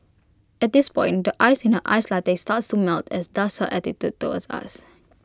at this point the ice in her iced latte starts to melt as does her attitude towards us